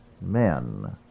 men